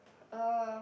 uh